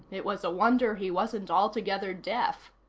it was a wonder he wasn't altogether deaf.